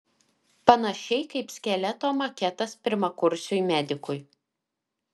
panašiai kaip skeleto maketas pirmakursiui medikui